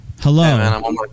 Hello